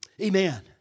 Amen